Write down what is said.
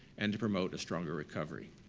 and to promote a stronger recovery.